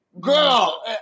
girl